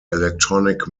electronic